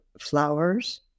flowers